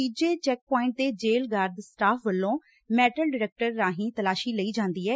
ਤੀਜੇ checkpoint ਤੇ jail guard staff ਵੱਲੋਂ ਮੈਟਲ ਡਿਟਕਟਰ ਰਾਹੀਂ ਤਲਾਸੀ ਲਈ ਜਾਂਦੀ ਐ